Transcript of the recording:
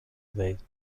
دهید